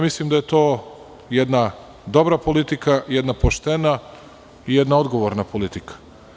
Mislim da je to jedna dobra politika, jedna poštena i odgovorna politika.